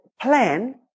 plan